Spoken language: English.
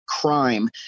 crime